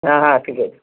হ্যাঁ হ্যাঁ ঠিক আছে